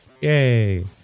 Yay